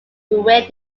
win